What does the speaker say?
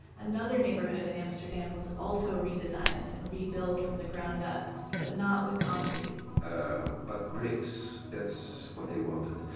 another neighborhood in amsterdam was also redesigned and rebuilt from the ground up but not with concrete but bricks. that's what they wanted.